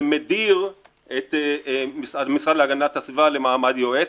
ומדיר את המשרד להגנת הסביבה למעמד יועץ.